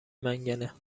منگنه